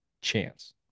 chance